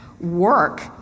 work